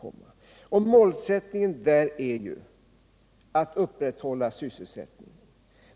Och målsättningen där är att upprätthålla sysselsättningen.